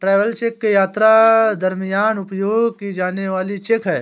travel cheque यात्रा के दरमियान उपयोग की जाने वाली चेक है